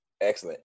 Excellent